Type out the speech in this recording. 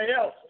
else